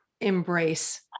embrace